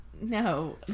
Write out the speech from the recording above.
No